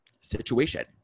situation